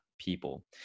people